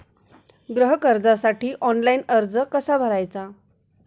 गृह कर्जासाठी ऑनलाइन अर्ज कसा भरायचा?